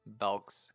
Belks